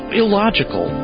illogical